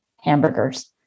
hamburgers